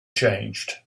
changed